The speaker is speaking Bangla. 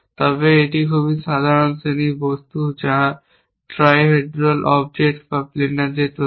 তবে এই খুব সাধারণ শ্রেণীর বস্তুর জন্য যা ত্রিহেড্রাল অবজেক্ট যা প্লেনার দিয়ে তৈরি